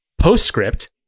PostScript